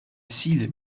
cils